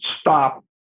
stop